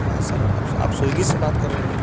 ہاں سر آپ آپ سویگی سے بات کر رہے ہو